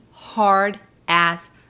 Hard-ass